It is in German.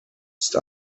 ist